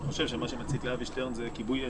אני חושב שמה שמציק לאבי שטרן זה כיבוי אש.